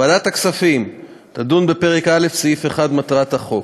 ועדת הכספים תדון בפרק א' סעיף 1 (מטרת החוק),